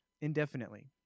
indefinitely